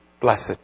Blessed